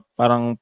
parang